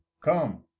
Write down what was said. come